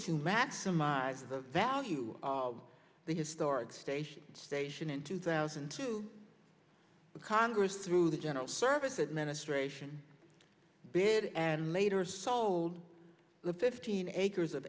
to maximize the value of the historic station station in two thousand and two the congress through the general services administration bid and later sold the fifteen acres of